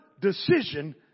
decision